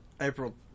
April